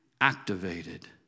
activated